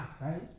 right